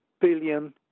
billion